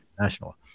national